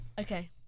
Okay